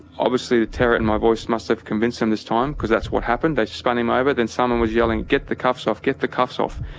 obviously, the terror in my voice must have convinced him this time because that's what happened. they spun him over. but then someone was yelling, get the cuffs off. get the cuffs off.